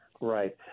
Right